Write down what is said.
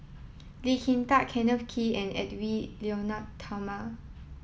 Lee Kin Tat Kenneth Kee and Edwy Lyonet Talma